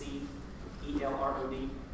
C-E-L-R-O-D